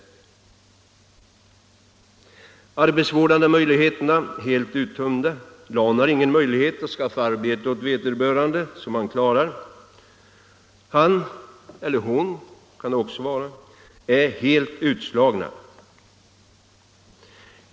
De arbetsvårdande möjligheterna är helt uttömda. Länsarbetsnämnden har ingen möjlighet att skaffa ett sådant arbete åt vederbörande som denne klarar. Han eller hon är helt utslagen.